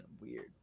weird